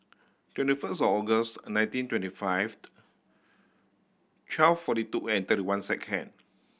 twenty first August nineteen twenty five twelve forty two and thirty one second